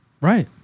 right